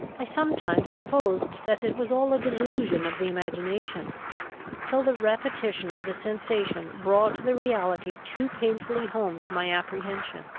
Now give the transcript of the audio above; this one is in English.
i sometimes supposed that it was all a delusion of the imagination till the repetition of the sensation brought the reality too painfully home to my apprehension.